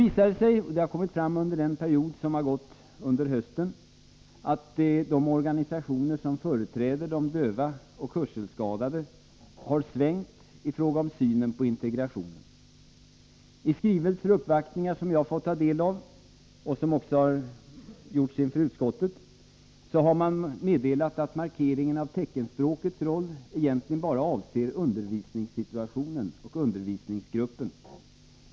Under hösten har det emellertid visat sig att de organisationer som företräder de döva och hörselskadade har svängt i fråga om synen på integration. I skrivelser och vid uppvaktningar som jag — och också utskottet — har fått ta del av har meddelats att markeringen av teckenspråkets roll egentligen bara avser undervisningssituationen och undervisningsgruppen.